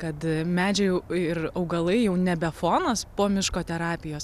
kad medžiai ir augalai jau nebe fonas po miško terapijos